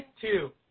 two